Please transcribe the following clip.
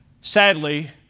Sadly